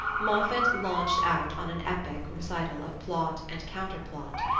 moffatt launched out on an epic recital of plot and counterplot,